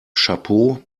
chapeau